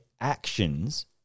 Actions